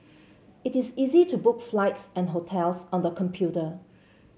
it is easy to book flights and hotels on the computer